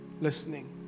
listening